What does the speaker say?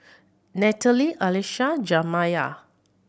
Natalie Alycia Jamiya